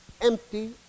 empty